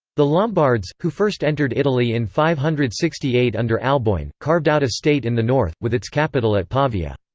the lombards, who first entered italy in five hundred and sixty eight under alboin, carved out a state in the north, with its capital at pavia.